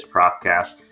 PropCast